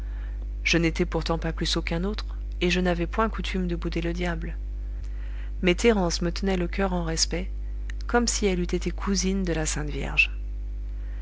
je n'étais pourtant pas plus sot qu'un autre et je n'avais point coutume de bouder le diable mais thérence me tenait le coeur en respect comme si elle eût été cousine de la sainte vierge